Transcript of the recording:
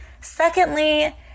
Secondly